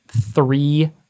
three